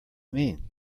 mean